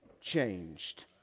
changed